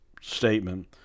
statement